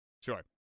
Sure